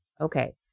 Okay